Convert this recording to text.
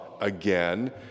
again